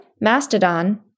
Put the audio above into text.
Mastodon